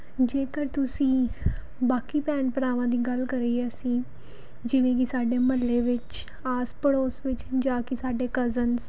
ਜੇਕਰ ਤੁਸੀਂ ਬਾਕੀ ਭੈਣ ਭਰਾਵਾਂ ਦੀ ਗੱਲ ਕਰੀਏ ਅਸੀਂ ਜਿਵੇਂ ਕਿ ਸਾਡੇ ਮੁਹੱਲੇ ਵਿੱਚ ਆਸ ਪੜੋਸ ਵਿੱਚ ਜਾਂ ਕੀ ਸਾਡੇ ਕਜ਼ਨਸ